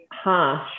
harsh